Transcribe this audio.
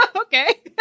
Okay